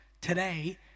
Today